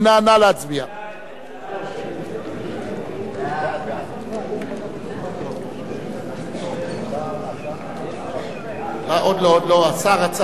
חוק הביטוח הלאומי (תיקון מס' 131, הוראת שעה),